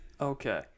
Okay